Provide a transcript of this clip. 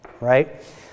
Right